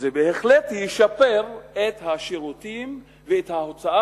זה בהחלט ישפר את השירותים ואת ההוצאה